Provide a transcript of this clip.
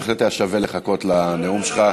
בהחלט היה שווה לחכות לנאום שלך.